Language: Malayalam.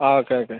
ആ ഓക്കെ ഓക്കെ